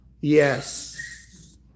Yes